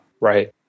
right